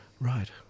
Right